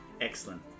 Excellent